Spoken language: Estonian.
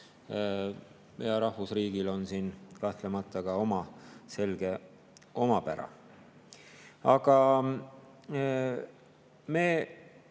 Ja rahvusriigil on siin kahtlemata ka oma selge omapära. Aga me